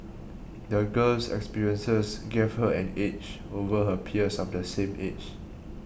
the girl's experiences gave her an edge over her peers of the same age